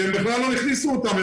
שהם בכלל לא הכניסו אותם.